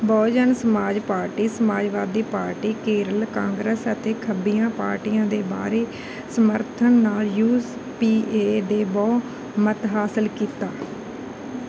Bahujan Samaj party Samajwadi party Kerala Congress ਅਤੇ ਖੱਬੀਆਂ ਪਾਰਟੀਆਂ ਦੇ ਬਾਹਰੀ ਸਮਰਥਨ ਨਾਲ ਯੂ ਪੀ ਏ ਦੇ ਬਹੁਮਤ ਹਾਸਲ ਕੀਤਾ